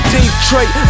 Detroit